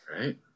Right